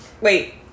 wait